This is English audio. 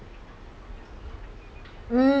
mm